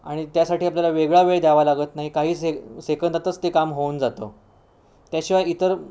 आणि त्यासाठी आपल्याला वेगळा वेळ द्यावा लागत नाही काहीच से सेकंदातच ते काम होऊन जातं त्याशिवाय इतर